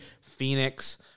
Phoenix